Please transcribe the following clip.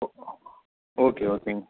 ஓ okay ஓகேங்க